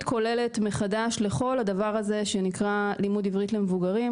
כוללת מחדש לכל הדבר הזה שנקרא לימוד עברית למבוגרים,